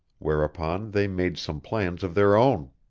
whereupon they made some plans of their own.